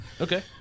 Okay